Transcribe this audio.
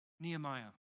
Nehemiah